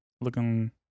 looking